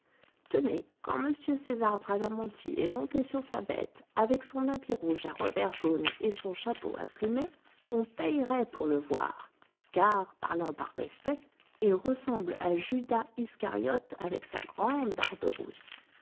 tenez quand m césar bradamanti est monté sur sa bête avec son habit rouge à revers jaunes et son chapeau à plumet on payerait pour le voir car parlant par respect il ressemble à judas iscariote avec sa grande barbe rousse